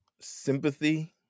sympathy